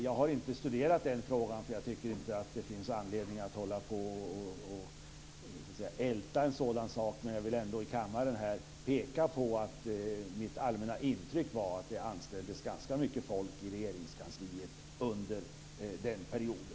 Jag har inte studerat frågan, för jag tycker inte att det finns anledning att hålla på att älta en sådan sak, men jag vill ändå här i kammaren peka på att mitt allmänna intryck är att det anställdes ganska mycket folk i Regeringskansliet under den perioden.